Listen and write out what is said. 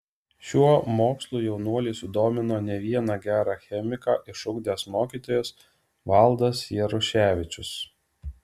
šiuo mokslu jaunuolį sudomino ne vieną gerą chemiką išugdęs mokytojas valdas jaruševičius